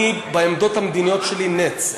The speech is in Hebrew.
אני בעמדות המדיניות שלי נץ,